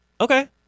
Okay